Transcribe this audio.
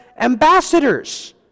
ambassadors